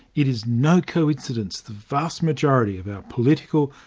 it is no coincidence the vast majority of our political,